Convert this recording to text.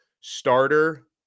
starter